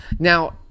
Now